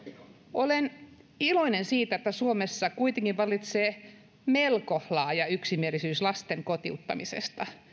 olen iloinen siitä että suomessa kuitenkin vallitsee melko laaja yksimielisyys lasten kotiuttamisesta